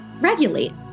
regulate